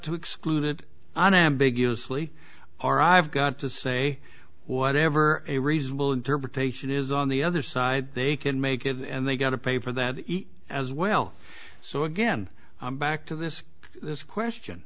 to exclude it unambiguously are i've got to say whatever a reasonable interpretation is on the other side they can make it and they got to pay for that eat as well so again i'm back to this question